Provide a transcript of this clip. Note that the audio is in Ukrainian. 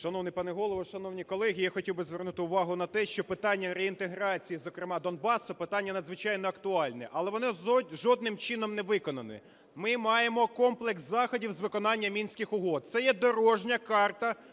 Шановний пане Голово, шановні колеги, я хотів би звернути увагу на те, що питання реінтеграції, зокрема Донбасу, питання надзвичайно актуальне, але воно жодним чином не виконано. Ми маємо комплекс заходів з виконання Мінських угод. Це є дорожня карта